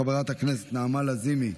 חברת הכנסת נעמה לזימי,